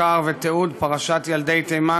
מחקר ותיעוד של פרשת ילדי תימן,